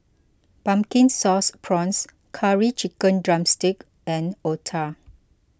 Pumpkin Sauce Prawns Curry Chicken Drumstick and Otah